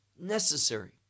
necessary